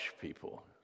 people